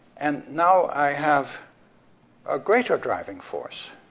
and now i have a greater driving force.